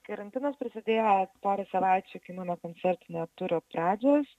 karantinas prasidėjo porai savaičių iki mano koncertinio turo pradžios